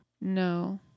No